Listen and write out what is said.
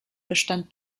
bestand